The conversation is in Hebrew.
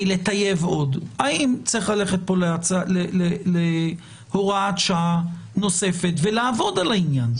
לטייב עוד האם צריך ללכת פה להוראת שעה נוספת ולעבוד על העניין?